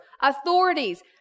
authorities